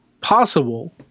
possible